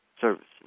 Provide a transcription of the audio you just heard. services